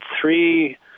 three